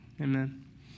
Amen